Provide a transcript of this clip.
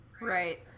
Right